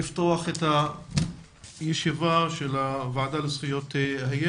אני שמח לפתוח את הישיבה של הוועדה לזכויות הילד.